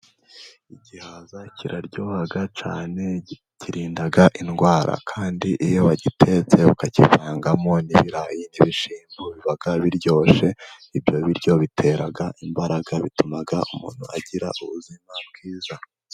Igihaza kiraryoha cyane, kirinda indwara, kandi iyo wagitetse ukakivangamo n'ibirayi n'ibishyimbo biba biryoshye ibyo biryo biteraga imbarag,a bituma umuntu agira ubuzima bwiza.